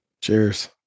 Cheers